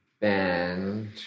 Bend